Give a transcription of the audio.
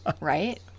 right